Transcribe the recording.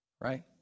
right